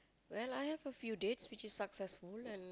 well I have a few dates which is successful and